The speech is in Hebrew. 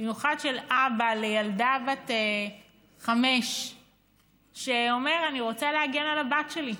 במיוחד של אבא לילדה בת חמש שאומר: אני רוצה להגן על הבת שלי,